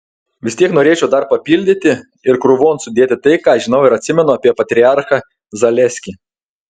vis tiek norėčiau dar papildyti ir krūvon sudėti tai ką žinau ir atsimenu apie patriarchą zaleskį